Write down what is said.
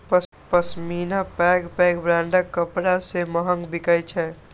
पश्मीना पैघ पैघ ब्रांडक कपड़ा सं महग बिकै छै